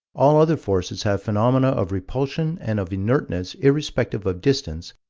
all other forces have phenomena of repulsion and of inertness irrespective of distance,